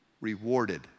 rewarded